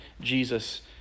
Jesus